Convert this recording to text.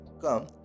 come